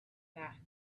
back